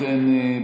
אם כן,